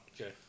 Okay